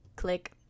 Click